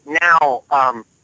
now